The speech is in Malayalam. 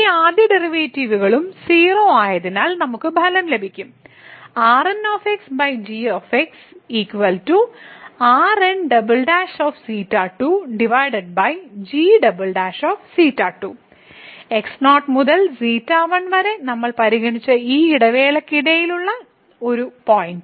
ഈ ആദ്യ ഡെറിവേറ്റീവുകളും 0 ആയതിനാൽ നമുക്ക് ഫലം ലഭിക്കും x0 മുതൽ ξ1 വരെ നമ്മൾ പരിഗണിച്ച ഈ ഇടവേളയ്ക്കിടയിലുള്ള ചില പോയിന്റ്